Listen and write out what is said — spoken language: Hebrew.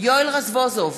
יואל רזבוזוב,